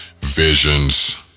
visions